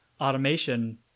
automation